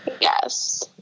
Yes